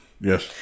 Yes